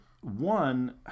one